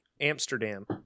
Amsterdam